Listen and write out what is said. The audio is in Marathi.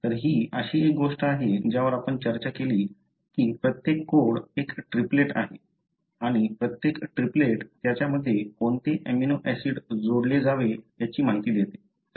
तर ही अशी एक गोष्ट आहे ज्यावर आपण चर्चा केली की प्रत्येक कोड एक ट्रीपलेट आहे आणि प्रत्येक ट्रीपलेट त्याच्या मध्ये कोणते अमिनो ऍसिड जोडले जावे माहिती देते